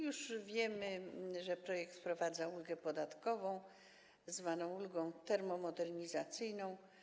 Już wiemy, że projekt wprowadza ulgę podatkową zwaną ulgą termomodernizacyjną.